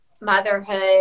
motherhood